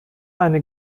eine